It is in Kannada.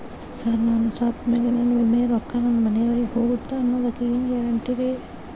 ಸರ್ ನಾನು ಸತ್ತಮೇಲೆ ನನ್ನ ವಿಮೆ ರೊಕ್ಕಾ ನನ್ನ ಮನೆಯವರಿಗಿ ಹೋಗುತ್ತಾ ಅನ್ನೊದಕ್ಕೆ ಏನ್ ಗ್ಯಾರಂಟಿ ರೇ?